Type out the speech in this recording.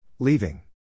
Leaving